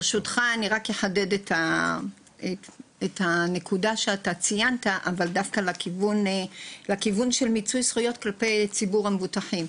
ברשותך אחדד את הנקודה מהכיוון של מיצוי זכויות כלפי ציבור המבוטחים.